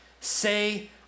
Say